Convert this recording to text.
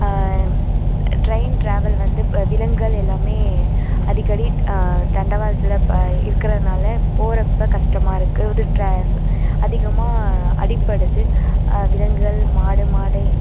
train travel வந்து விலங்குகள் எல்லாம் அடிக்கடி தண்டவாளத்தில் இப்போ இருக்கிறதுனால போகிறப்ப கஷ்டமா இருக்குது அதிகமாக அடிப்படுது விலங்குகள் மாடு மாடு